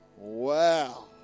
Wow